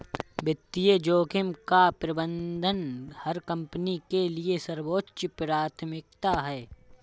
वित्तीय जोखिम का प्रबंधन हर कंपनी के लिए सर्वोच्च प्राथमिकता है